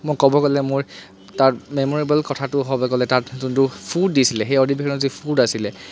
মই ক'ব গ'লে মোৰ তাত মেম'ৰেবল কথাটো হ'ব গ'লে তাত যোনটো ফুড দিছিলে সেই অধিৱেশনত যি ফুড আছিলে